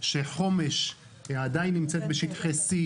שצריכים להאריך את הוראת השעה בזמן הרבה יותר קצר.